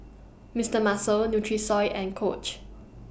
Mister Muscle Nutrisoy and Coach